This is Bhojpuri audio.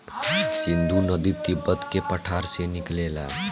सिन्धु नदी तिब्बत के पठार से निकलेला